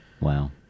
Wow